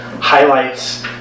highlights